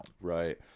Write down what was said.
Right